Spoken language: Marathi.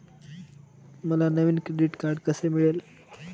मला नवीन क्रेडिट कार्ड कसे मिळेल?